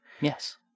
Yes